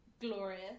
Glorious